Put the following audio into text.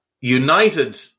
United